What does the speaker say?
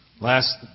Last